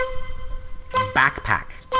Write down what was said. Backpack